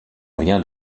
rien